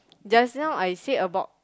just now I said about